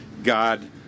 God